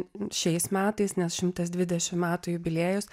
šiais metais nes šimtas dvidešimt metų jubiliejus